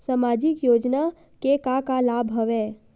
सामाजिक योजना के का का लाभ हवय?